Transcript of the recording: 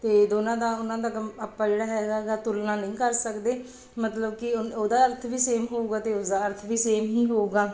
ਅਤੇ ਦੋਨਾਂ ਦਾ ਉਹਨਾਂ ਦਾ ਗ ਆਪਾਂ ਜਿਹੜਾ ਹੈਗਾ ਗਾ ਤੁਲਨਾ ਨਹੀਂ ਕਰ ਸਕਦੇ ਮਤਲਬ ਕਿ ਉਹਦਾ ਅਰਥ ਵੀ ਸੇਮ ਹੋਵੇਗਾ ਅਤੇ ਉਸਦਾ ਅਰਥ ਵੀ ਸੇਮ ਹੀ ਹੋਵੇਗਾ